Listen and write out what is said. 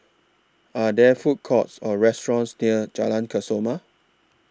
Are There Food Courts Or restaurants near Jalan Kesoma